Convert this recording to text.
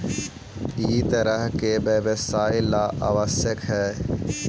हर तरह के व्यवसाय ला आवश्यक हई